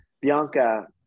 bianca